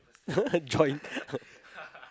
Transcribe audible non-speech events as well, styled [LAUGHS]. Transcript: [LAUGHS] joined